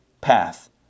path